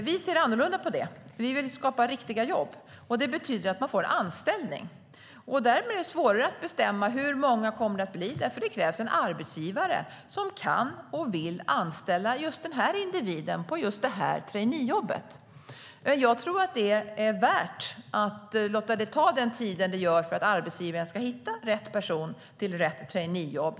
Vi ser annorlunda på det. Vi vill skapa riktiga jobb, och det betyder att man får anställning. Därmed är det svårare att bestämma hur många det kommer att bli. Det krävs en arbetsgivare som kan och vill anställa just den här individen på just det här traineejobbet. Jag tror att det är värt att låta det ta den tid det tar för arbetsgivaren att hitta rätt person till rätt traineejobb.